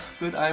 good